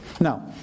Now